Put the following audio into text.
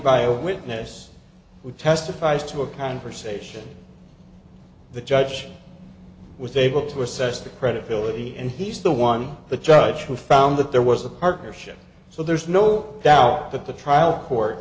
by a witness who testifies to a conversation the judge was able to assess the credibility and he's the one the judge who found that there was a partnership so there's no doubt that the trial